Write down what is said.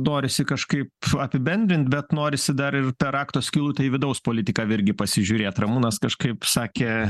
norisi kažkaip apibendrint bet norisi dar ir per rakto skylutę į vidaus politiką virgi pasižiūrėt ramūnas kažkaip sakė